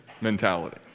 mentality